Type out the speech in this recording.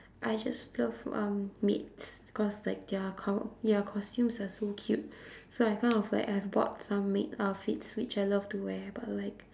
I just love um maids cause like their co~ their costumes are so cute so I kind of like I've bought some maid outfits which I love to wear but like